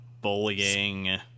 bullying